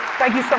thank you. so